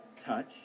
touch